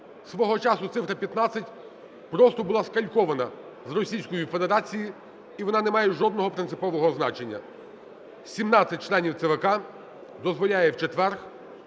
Свого часу цифра 15 просто була скалькована з Російської Федерації і вона не має жодного принципового значення. 17 членів ЦВК дозволяє у четвер